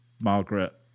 Margaret